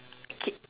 kid